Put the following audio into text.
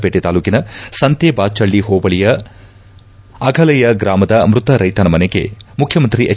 ವೇಟೆ ತಾಲ್ಲೂಕಿನ ಸಂತೇಬಾಚಳ್ಳಿ ಹೋಬಳಿಯ ಅಫಲಯ ಗ್ರಾಮದ ಮೃತ ರೈತನ ಮನೆಗೆ ಮುಖ್ಯಮಂತ್ರಿ ಎಚ್